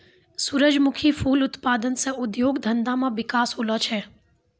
सुरजमुखी फूल उत्पादन से उद्योग धंधा मे बिकास होलो छै